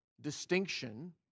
distinction